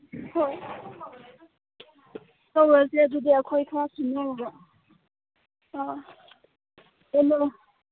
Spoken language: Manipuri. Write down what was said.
ꯍꯣꯏ ꯇꯧꯔꯁꯦ ꯑꯗꯨꯗꯤ ꯑꯩꯈꯣꯏ ꯈꯔ ꯁꯤꯟꯅꯔꯒ ꯑꯥ